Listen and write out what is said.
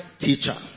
teacher